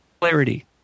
clarity